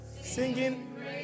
singing